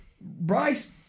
Bryce